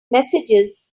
messages